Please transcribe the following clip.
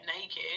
naked